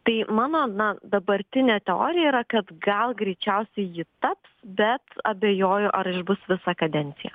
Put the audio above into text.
tai mano na dabartinė teorija yra kad gal greičiausia ji taps bet abejoju ar išbus visą kadenciją